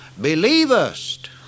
believest